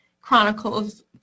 chronicles